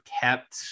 kept